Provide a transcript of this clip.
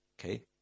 Okay